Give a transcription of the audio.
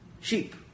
Sheep